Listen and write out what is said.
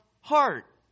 heart